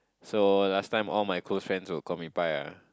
so last time all my close friends will call me Pai ah